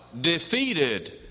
defeated